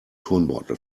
turnbeutel